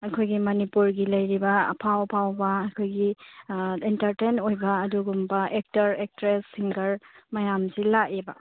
ꯑꯩꯈꯣꯏꯒꯤ ꯃꯅꯤꯄꯨꯔꯒꯤ ꯂꯩꯔꯤꯕ ꯑꯐꯥꯎ ꯑꯐꯥꯎꯕ ꯑꯩꯈꯣꯏꯒꯤ ꯑꯦꯟꯇꯔꯇꯦꯟ ꯑꯣꯏꯕ ꯑꯗꯨꯒꯨꯝꯕ ꯑꯦꯛꯇꯔ ꯑꯦꯛꯇ꯭ꯔꯦꯁ ꯁꯤꯡꯒꯔ ꯃꯌꯥꯝꯁꯤ ꯂꯥꯛꯑꯦꯕ